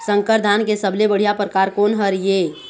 संकर धान के सबले बढ़िया परकार कोन हर ये?